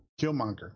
Killmonger